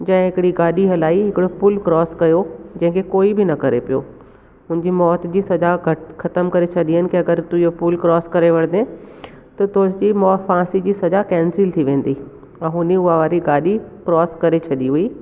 जंहिं हिकड़ी गाॾी हलाई हिकिड़ो पुल क्रॉस कयो जंहिंखे कोई बि न करे पयो हुन जी मौत जी सजा ख़तमु करे छॾनि की अगरि तू इहो पुल क्रॉस करे वञे त तुहिंजी फांसी जी सजा कैंसिल थी वेंदी ऐं हुन ई उहा वारी गाॾी क्रॉस करे छॾी हुई